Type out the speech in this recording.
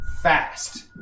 Fast